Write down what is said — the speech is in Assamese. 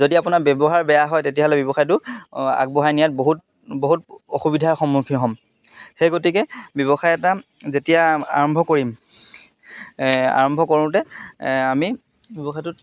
যদি আপোনাৰ ব্যৱহাৰ বেয়া হয় তেতিয়াহ'লে ব্যৱসায়টো আগবঢ়াই নিয়াত বহুত বহুত অসুবিধাৰ সন্মুখীন হ'ম সেই গতিকে ব্যৱসায় এটা যেতিয়া আৰম্ভ কৰিম আৰম্ভ কৰোঁতে আমি ব্যৱসায়টোত